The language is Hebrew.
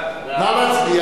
ההצעה להעביר